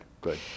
Good